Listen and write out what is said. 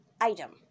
item